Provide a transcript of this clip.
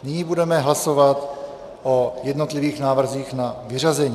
Nyní budeme hlasovat o jednotlivých návrzích na vyřazení.